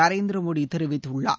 நரேந்திர மோடி தெரிவித்துள்ளார்